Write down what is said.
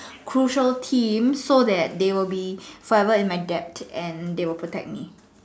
crucial team so that they will be forever in my debt and they will protect me